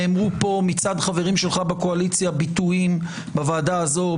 נאמרו פה מצד חבריך בקואליציה ביטויים בוועדה הזו,